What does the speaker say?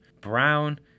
Brown